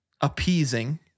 appeasing